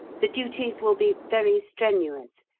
the duties will be very strenuous,